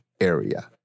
area